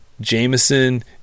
Jameson